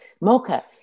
mocha